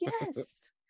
Yes